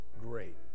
great